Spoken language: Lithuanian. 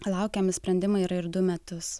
laukiami sprendimai yra ir du metus